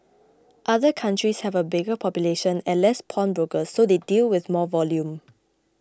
other countries have a bigger population and less pawnbrokers so they deal with more volume